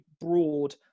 broad